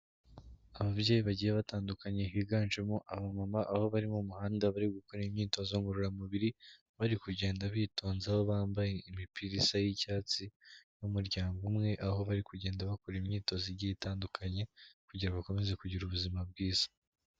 Ababyeyi bagiye batandukanye higanjemo aba mama aho bari mu muhanda bari gukora imyitozo ngororamubiri bari kugenda bitonze aho bambaye imipira isa y'icyatsi n'umuryango umwe aho bari kugenda bakora imyitozo igiye itandukanye kugira bakomeze kugira ubuzima bwiza.